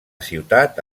ciutat